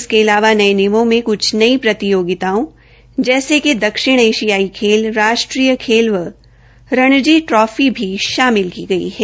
इसके अलावा नये नियमों में कुछ प्रतियोगितयाओं जैसे कि दक्षिण एशियाई खेल राष्ट्रीय खेल व रणजी ट्रॉफी को भी शामिल किया गया है